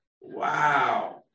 Wow